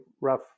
rough